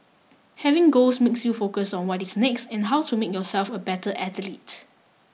having goals makes you focus on what is next and how to make yourself a better athlete